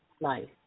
life